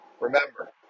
Remember